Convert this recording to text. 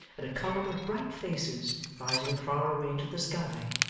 and a column of bright faces, rising far away into the sky,